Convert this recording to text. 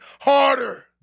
harder